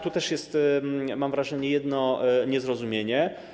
Tu też jest, mam wrażenie, jedno nieporozumienie.